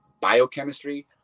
biochemistry